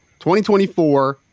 2024